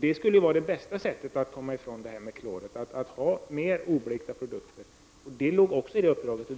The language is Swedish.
Det skulle vara det bästa sättet att komma ifrån klor — att ha fler oblekta produkter. Det låg också i uppdraget.